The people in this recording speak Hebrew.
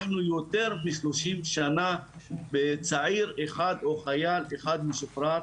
אנחנו יותר משלושים שנה בצעיר אחד או חייל אחד משוחרר,